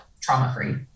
trauma-free